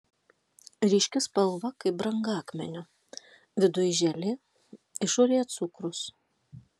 ryški spalva kaip brangakmenio viduj želė išorėje cukrus